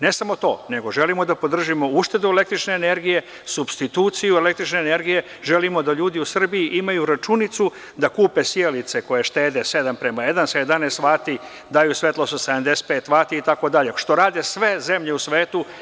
Ne samo to, želimo da podržimo uštedu električne energije, supstituciju električne energije, želimo da ljudi u Srbiji imaju računicu da kupe sijalice koje štede 7:1 sa 11 vati daju svetlost od 75 vati, itd, što rade sve zemlje u svetu.